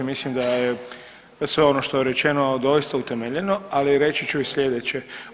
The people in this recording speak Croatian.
Mislim da je, da je sve ono što je rečeno doista utemeljeno, ali reći ću i slijedeće.